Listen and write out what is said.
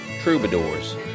Troubadours